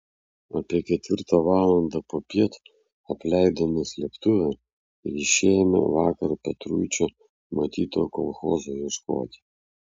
apie ketvirtą valandą popiet apleidome slėptuvę ir išėjome vakar petruičio matyto kolchozo ieškoti